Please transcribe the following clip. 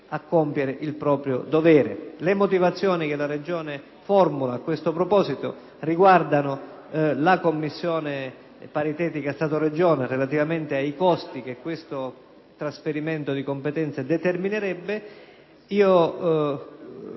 a compiere il proprio dovere. Le motivazioni che la Regione formula a questo proposito riguardano la Commissione paritetica Stato-Regione relativamente ai costi che questo trasferimento di competenza determinerebbe. Io